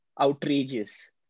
outrageous